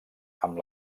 amb